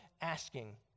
asking